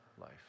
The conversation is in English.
life